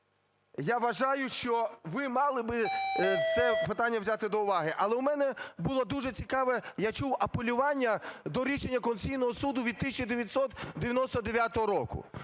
я вважаю, що ви мали би це питання взяти до уваги. Але у мене було дуже цікаве, я чув, апелювання до рішення Конституційного Суду від 1999 року.